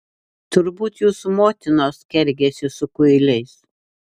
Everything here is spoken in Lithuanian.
turbūt jūsų motinos kergėsi su kuiliais